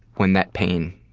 when that pain,